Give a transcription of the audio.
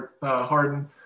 Harden